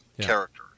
character